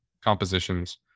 compositions